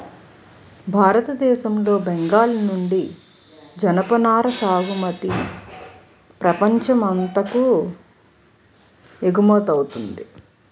భారతదేశం లో బెంగాల్ నుండి జనపనార సాగుమతి ప్రపంచం అంతాకు ఎగువమౌతుంది